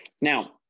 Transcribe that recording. Now